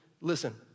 listen